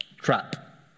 trap